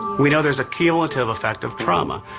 you know there is a cumulative effect of trauma.